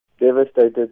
Devastated